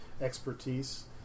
expertise